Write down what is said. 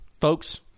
folks